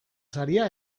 saria